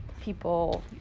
people